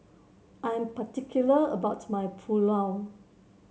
I am particular about my Pulao